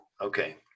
okay